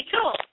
cool